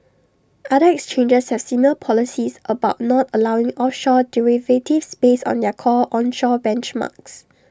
other exchanges have similar policies about not allowing offshore derivatives based on their core onshore benchmarks